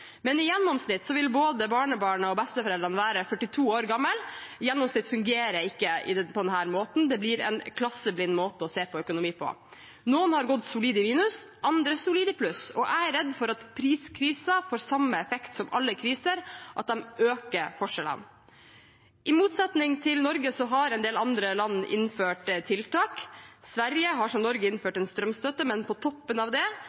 Men i gjennomsnitt vil både barnebarna og besteforeldrene være 42 år gamle. Gjennomsnitt fungerer ikke på denne måten, det blir en klasseblind måte å se på økonomi på. Noen har gått solid i minus, andre solid i pluss, og jeg er redd for at priskrisen får samme effekt som alle kriser, at de øker forskjellene. I motsetning til Norge har en del andre land innført tiltak. Sverige har som Norge innført en strømstøtte, men på toppen av det